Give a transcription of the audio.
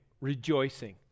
rejoicing